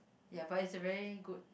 ya but it's a very good